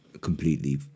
completely